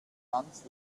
ganz